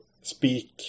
speak